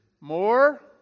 more